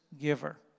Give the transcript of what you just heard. giver